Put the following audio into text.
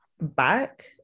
back